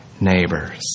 neighbors